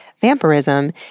vampirism